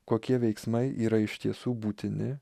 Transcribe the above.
kokie veiksmai yra iš tiesų būtini